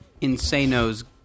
insanos